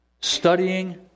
studying